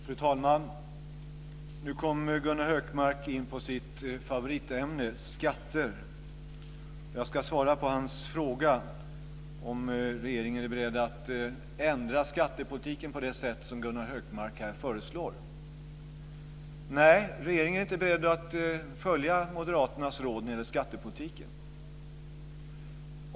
Fru talman! Nu kom Gunnar Hökmark in på sitt favoritämne skatter. Jag ska svara på hans fråga om regeringen är beredd att ändra skattepolitiken på det sätt som Gunnar Hökmark här föreslår. Nej, regeringen är inte beredd att följa Moderaternas råd när det gäller skattepolitiken.